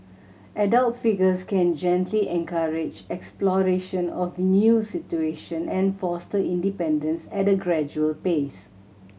adult figures can gently encourage exploration of new situation and foster independence at a gradual pace